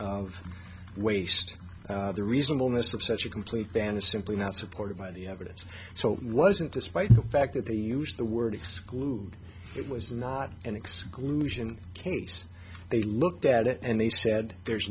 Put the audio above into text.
of waste the reasonableness of such a complete ban is simply not supported by the evidence so it wasn't despite the fact that they used the word exclude it was not an exclusion case they looked at it and they said there